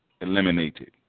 eliminated